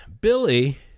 Billy